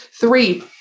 Three